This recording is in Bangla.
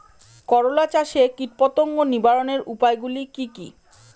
করলা চাষে কীটপতঙ্গ নিবারণের উপায়গুলি কি কী?